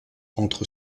entre